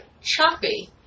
choppy